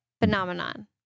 Phenomenon